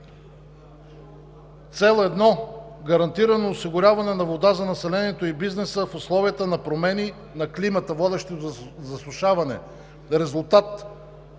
Цел 1 „Гарантирано осигуряване на вода за населението и бизнеса в условията на промени на климата, водещи до засушаване,